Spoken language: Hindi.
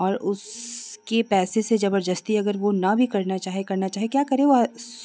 और उनकी पैसे से ज़बरदस्ती अगर वह ना भी करना चाहे करना चाहे क्या करेगा